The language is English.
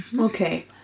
Okay